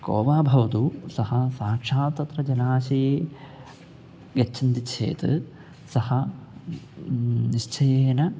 को वा भवतु सः साक्षात् तत्र जलाशये गच्छन्ति चेत् सः निश्चयेन